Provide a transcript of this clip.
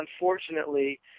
unfortunately